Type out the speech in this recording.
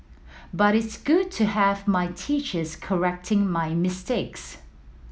but it's good to have my teachers correcting my mistakes